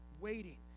waiting